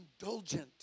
indulgent